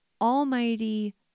almighty